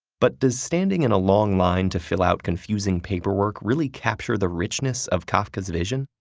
but does standing in a long line to fill out confusing paperwork really capture the richness of kafka's vision?